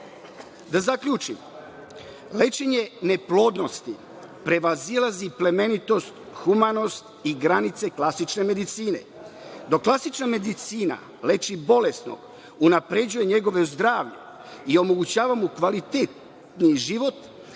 zaključim, lečenje neplodnosti prevazilazi plemenitost, humanost i granice klasične medicine. Dok klasična medicina leči bolesnog, unapređuje njegovo zdravlje i omogućava mu kvalitetni život,